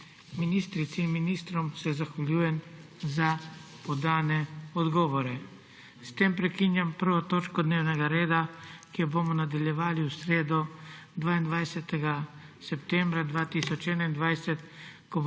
Ministrici in ministrom se zahvaljujem za oddane odgovore. S tem prekinjam 1. točko dnevnega reda, ki jo bomo nadaljevali v sredo, 22. septembra 2021,